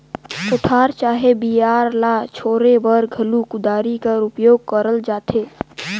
कोठार चहे बियारा ल छोले बर घलो कुदारी कर उपियोग करल जाथे